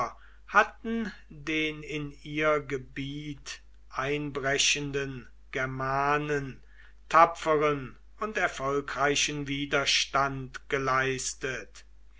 hatten den in ihr gebiet einbrechenden germanen tapferen und erfolgreichen widerstand geleistet